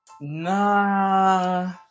Nah